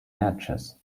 matches